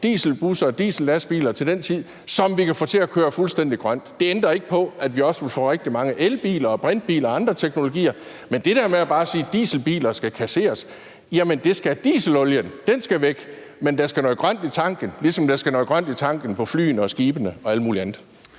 dieselbusser og diesellastbiler til den tid, som vi kan få til at køre fuldstændig grønt. Det ændrer ikke på, at vi også vil få rigtig mange elbiler, brintbiler og andre teknologier. Men til det der med bare at sige, at dieselbiler skal kasseres, vil jeg sige: Jamen det skal dieselolien; den skal væk, men der skal noget grønt i tanken, ligesom der skal noget grønt i tanken på flyene, skibene og alt muligt andet.